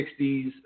60s